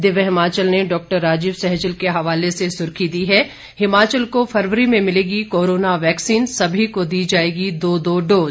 दिव्य हिमाचल ने डॉक्टर राजीव सहजल के हवाले से सुर्खी दी है हिमाचल को फरवरी में मिलेगी कोरोना वैक्सीन सभी को दी जाएगी दो दो डोज